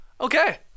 Okay